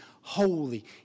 holy